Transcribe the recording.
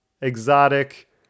exotic